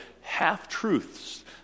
half-truths